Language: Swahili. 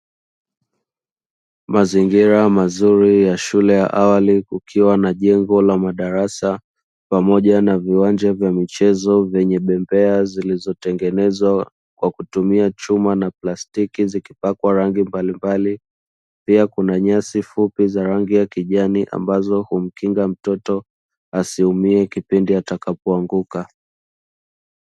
Mazingira mazuri ya shule ya awali, kukiwa na jengo la madarasa pamoja na viwanja vya michezo vyenye bembea zilizotengenezwa kwa kutumia chuma na plastiki, zikipakwa rangi mbalimbali, pia kuna nyasi fupi za rangi ya kijani ambazo humkinga mtoto asiumie kipindi atakapo anaanguka.